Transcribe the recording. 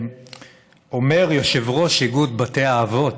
שאומר יושב-ראש איגוד בתי האבות,